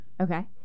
okay